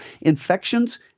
infections